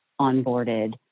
onboarded